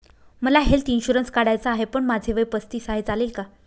मला health insurance काढायचा आहे पण माझे वय पस्तीस आहे, चालेल का?